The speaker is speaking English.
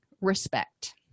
respect